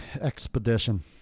expedition